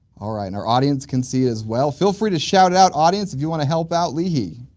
alright. and our audience can see as well. feel free to shout out audience if you want to help out leehee.